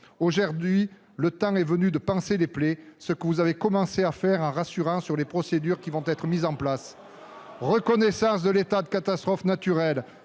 Aujourd'hui, le temps est venu de panser les plaies, ce que vous avez commencé à faire en rassurant sur les procédures qui vont être mises en place. Reconnaissance de l'état de catastrophe naturelle,